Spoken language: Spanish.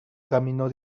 camino